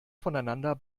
voneinander